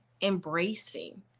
embracing